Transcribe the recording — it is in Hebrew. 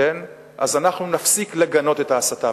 אז אנחנו נפסיק לגנות את ההסתה.